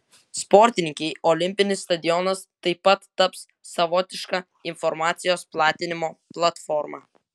sportininkei olimpinis stadionas taip pat taps savotiška informacijos platinimo platforma